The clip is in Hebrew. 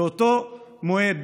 באותו מועד,